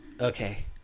Okay